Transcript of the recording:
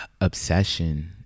obsession